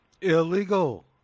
Illegal